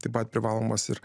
taip pat privalomas ir